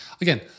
Again